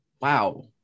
Wow